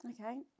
Okay